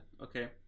okay